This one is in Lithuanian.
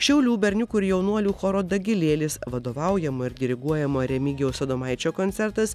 šiaulių berniukų ir jaunuolių choro dagilėlis vadovaujamo ir diriguojamo remigijaus adomaičio koncertas